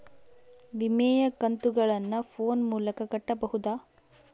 ವಿಮೆಯ ಕಂತುಗಳನ್ನ ಫೋನ್ ಮೂಲಕ ಕಟ್ಟಬಹುದಾ?